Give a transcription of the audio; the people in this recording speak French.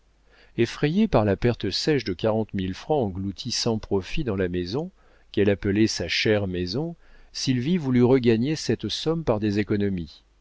effrayée par la perte sèche de quarante mille francs engloutis sans profit dans la maison qu'elle appelait sa chère maison sylvie voulut regagner cette somme par des économies